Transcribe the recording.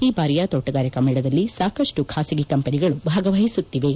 ಈ ಬಾರಿಯ ತೋಟಗಾರಿಕಾ ಮೇಳದಲ್ಲಿ ಸಾಕಷ್ಟು ಖಾಸಗಿ ಕಂಪನಿಗಳು ಭಾಗವಹಿಸುತ್ತಿವೆ